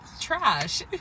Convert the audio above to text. Trash